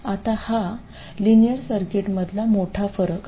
आता हा लिनियर सर्किटमधील मोठा फरक आहे